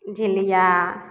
झिलिया